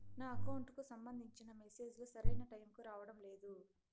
నా అకౌంట్ కు సంబంధించిన మెసేజ్ లు సరైన టైము కి రావడం లేదు